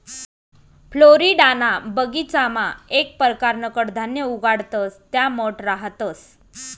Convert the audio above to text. फ्लोरिडाना बगीचामा येक परकारनं कडधान्य उगाडतंस त्या मठ रहातंस